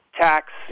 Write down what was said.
Tax